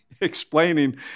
explaining